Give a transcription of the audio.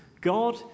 God